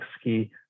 ski